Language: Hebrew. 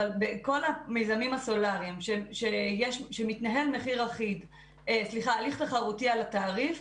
אבל בכל המיזמים הסולאריים שבהם מתנהל הליך תחרותי על התעריף,